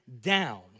down